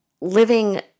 living